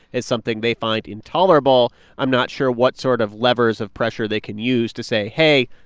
as something they find intolerable. i'm not sure what sort of levers of pressure they can use to say, hey,